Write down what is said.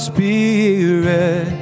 Spirit